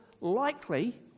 likely